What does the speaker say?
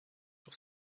sur